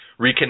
reconnect